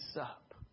up